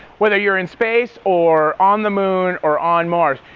whether you're in space or on the moon or on mars.